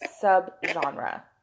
sub-genre